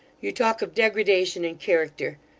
you talk of degradation and character.